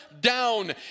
down